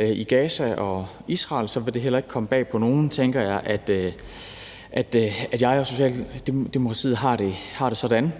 i Gaza og Israel, vil det heller ikke komme bag på nogen – tænker jeg – at jeg og Socialdemokratiet har det sådan.